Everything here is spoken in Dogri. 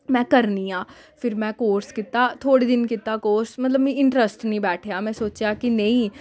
में करनी आं फिर में कोर्स कीता थोह्ड़े दिन कीता कोर्स मतलब मीं इंटरस्ट निं बैठेआ में सोचेआ कि नेईं